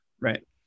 Right